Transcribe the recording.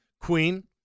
Queen